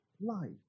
life